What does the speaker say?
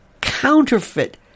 counterfeit